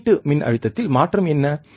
வெளியீட்டு மின்னழுத்தத்தில் மாற்றம் என்ன